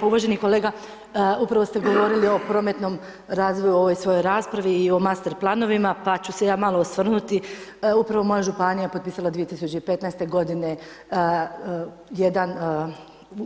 Pa uvaženi kolega, upravo ste govorili o prometnom razvoju u ovoj svojoj raspravi i o master planovima pa ću se ja malo osvrnuti, upravo moja županija je potpisala 2015. godine jedan,